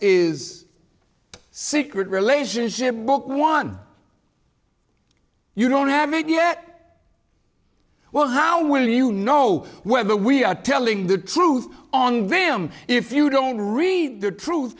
a secret relationship book one you don't have made yet well how will you know whether we are telling the truth on them if you don't read the truth